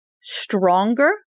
stronger